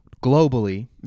globally